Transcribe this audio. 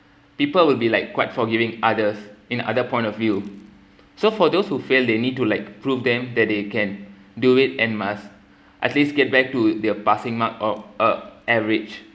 people will be like quite forgiving others in other point of view so for those who fail they need to like prove them that they can do it and must at least get back to the passing mark or an average